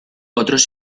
otros